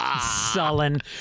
sullen